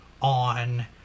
on